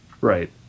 Right